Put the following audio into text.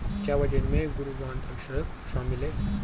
क्या वजन में गुरुत्वाकर्षण शामिल है?